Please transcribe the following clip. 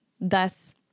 Thus